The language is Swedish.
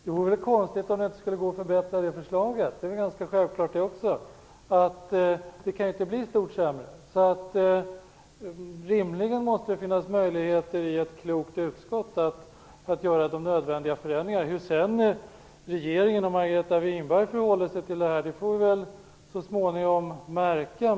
Det vore konstigt om det inte skulle gå att förbättra det. Det kan inte bli så mycket sämre. Rimligen måste det finnas möjligheter i ett klokt utskott att göra de nödvändiga förändringarna. Hur sedan regeringen och Margareta Winberg förhåller sig till detta kommer vi så småningom att märka.